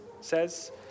says